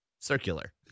circular